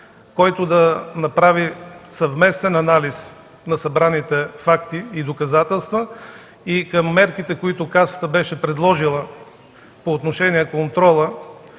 който да направи съвместен анализ на събраните факти и доказателства и към мерките, които Касата беше предложила по отношение контрола